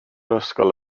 ysgol